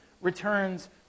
returns